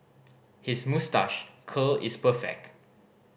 his moustache curl is perfect